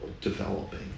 developing